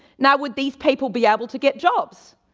now would these people be able to get jobs?